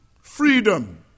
freedom